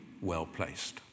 well-placed